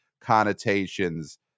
connotations